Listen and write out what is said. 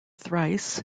thrice